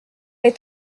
est